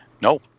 No